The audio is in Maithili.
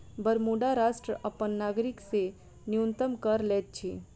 बरमूडा राष्ट्र अपन नागरिक से न्यूनतम कर लैत अछि